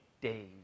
days